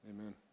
amen